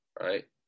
right